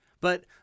But-